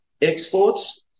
exports